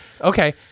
okay